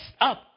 up